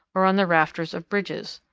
or on the rafters of bridges.